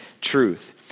truth